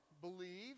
believe